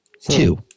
Two